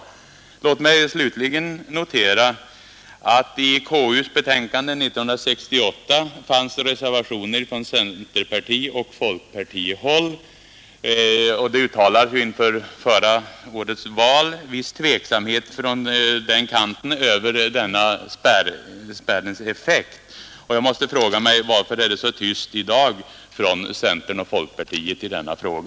Slutligen noterar jag att det i konstitutionsutskottets utlåtande nr 20 år 1968 fanns reservationer från centerpartioch folkpartihåll, och det uttalades också inför förra årets val viss tveksamhet från det hållet över spärrens effekt. Jag frågar mig: Varför är det så tyst i denna fråga från centern och folkpartiet i dag?